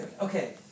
Okay